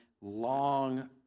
long